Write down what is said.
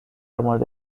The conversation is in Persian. مورد